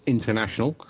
International